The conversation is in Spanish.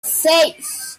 seis